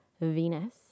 Venus